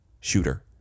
shooter